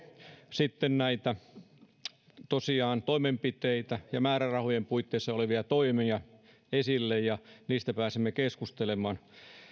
sitten näitä toimenpiteitä ja määrärahojen puitteissa olevia toimia esille ja niistä pääsemme keskustelemaan